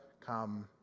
come